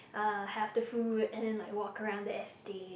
uh have the food and then like walk around the estate